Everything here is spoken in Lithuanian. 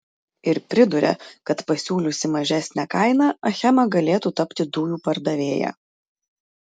ir priduria kad pasiūliusi mažesnę kainą achema galėtų tapti dujų pardavėja